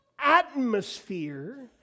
atmosphere